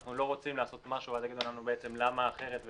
אנחנו לא רוצים לעשות משהו ואז יגידו לנו: למה לא אחרת?